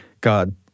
God